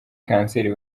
cancer